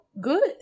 good